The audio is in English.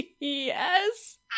Yes